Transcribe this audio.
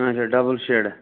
اَچھا ڈبُل شیڈٕ